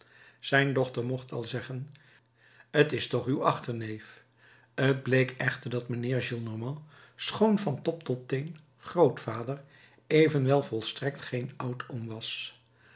zijn dochter mocht al zeggen t is toch uw achterneef t bleek echter dat mijnheer gillenormand schoon van top tot teen grootvader evenwel volstrekt geen oudoom was